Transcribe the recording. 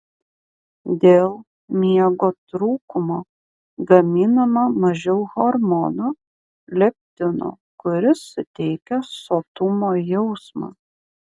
dėl miego trūkumo gaminama mažiau hormono leptino kuris suteikia sotumo jausmą